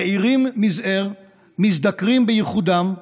זעירים מזער המזדקרים בייחודם,